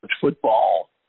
football